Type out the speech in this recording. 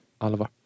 Oliver